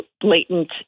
blatant